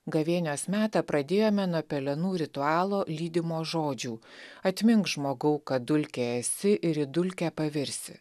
gavėnios metą pradėjome nuo pelenų ritualo lydimo žodžių atmink žmogau kad dulkė esi ir į dulkę pavirsi